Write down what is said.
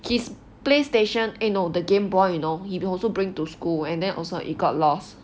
his play station eh no the game boy you know he also bring to school and then also it got lost